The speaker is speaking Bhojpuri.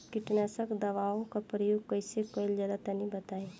कीटनाशक दवाओं का प्रयोग कईसे कइल जा ला तनि बताई?